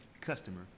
customer